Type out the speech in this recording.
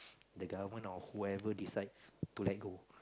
the government or whoever decide to let go